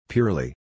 Purely